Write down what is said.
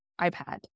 iPad